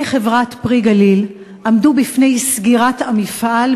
חברת "פרי הגליל" עמדו בפני סגירת המפעל,